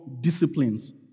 disciplines